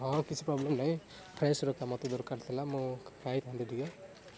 ହଁ କିଛି ପ୍ରୋବ୍ଲେମ୍ ନାହିଁ ଦରକାର ଥିଲା ମୁଁ ଖାଇଥାନ୍ତି ଟିକେ